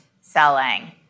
selling